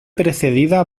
precedida